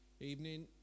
evening